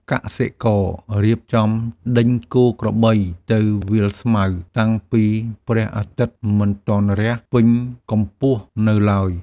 កសិកររៀបចំដេញគោក្របីទៅវាលស្មៅ តាំងពីព្រះអាទិត្យមិនទាន់រះពេញកម្ពស់នៅឡើយ។